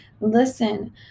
listen